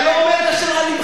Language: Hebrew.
הוא לא אומר את אשר על לבו.